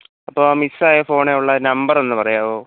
അപ്പോൾ ആ മിസ്സ് ആയ ഫോണിൽ ഉള്ള നമ്പർ ഒന്ന് പറയാമോ